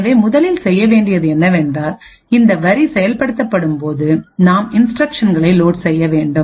எனவே முதலில் செய்ய வேண்டியது என்னவென்றால் இந்த வரி செயல்படுத்தப்படும்போது நாம்இன்ஸ்டிரக்ஷன்களைலோட் செய்ய வேண்டும்